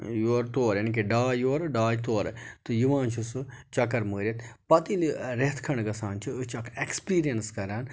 یورٕ تور یعنی کہِ ڈاے یورٕ ڈاے تورٕ تہٕ یِوان چھِ سُہ چَکَر مٲرِتھ پَتہٕ ییٚلہِ رٮ۪تھ کھنٛڈ گَژھان چھِ أسۍ چھِ اَکھ ایٚکٕسپیٖریَنٕس کَران